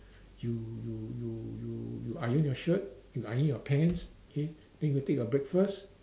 you you you you you iron your shirt you iron your pants okay then you go take your breakfast